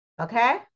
okay